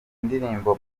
indirimbo